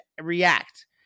react